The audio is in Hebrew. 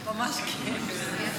ממש כיף.